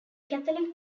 catholic